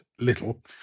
little